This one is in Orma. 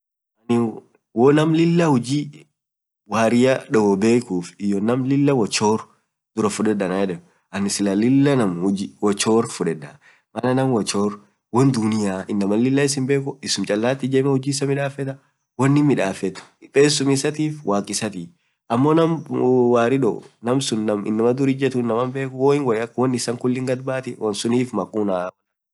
ann woo naam lilaa hujii waria doo bekuuf, iyoo naam lila woo choor duraa fuded anan yedeen, anin sclah naam woo choor duraa fudedaa, maana naam woo choor woan duniia inamaan lilaa iss himbekuu isum chalaat ijemee ujii ufiraa midafetaa, wonin midafeet pesum isatiif waaq isaati amoo naam warii doo naam inamaa dur ijetuu inamaan bekhuu malin woo yaak woan issan kuliin gadyatii, woan suniif maquuna.